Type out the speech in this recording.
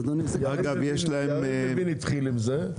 יריב לוין התחיל עם זה,